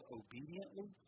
obediently